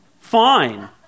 Fine